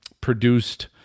produced